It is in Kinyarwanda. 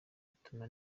bituma